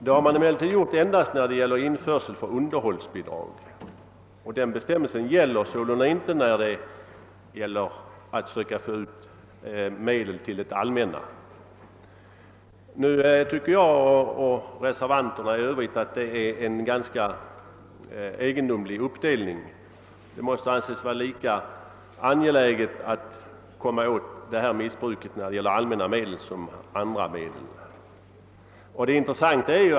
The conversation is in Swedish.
Det gäller emellertid endast införsel för underhållsbidrag och sålunda inte när man vill få ut medel till det allmänna. Jag och övriga reservanter anser att detta är en ganska egendomlig uppdelning. Det måste anses vara lika angeläget att komma åt missbruket när det gäller allmänna medel som när det gäller andra medel.